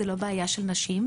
זאת לא בעיה של נשים.